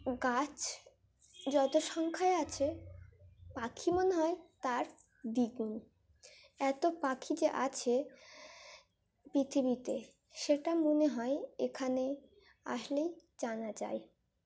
গাছ যত সংখ্যায় আছে পাখি মনে হয় তার দ্বিগুণ এত পাখি যে আছে পৃথিবীতে সেটা মনে হয় এখানে আসলেই জানা যায়